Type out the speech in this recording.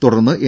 തുടർന്ന് എൻ